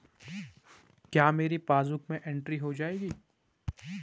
क्या मेरी पासबुक में एंट्री हो जाएगी?